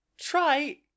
Try